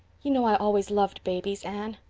you know i always loved babies, anne.